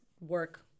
work